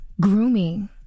grooming